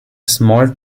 small